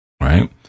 Right